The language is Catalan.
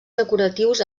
decoratius